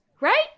right